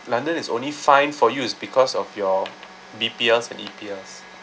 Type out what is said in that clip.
london is only fine for you is because of your B_P_L's and E_P_L's